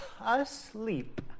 asleep